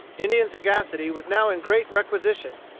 indian sagacity was now in great requisition.